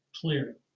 clear